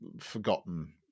forgotten